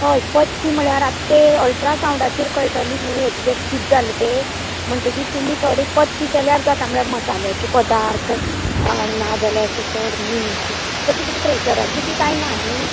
हय पथ्य म्हळ्यार आत तें अलट्रासाऊडाचेर कळटलें न्हीं ऍक्झेक्ट किद जाला तें म्हणतकीर तुमी थोडे पथ्य केल्यार जाता मसाल्याचें पदार्थ ना जाल्यार अशें चड मीठ तशें तुका प्रेशराचे बी कांय ना न्हीं